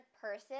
person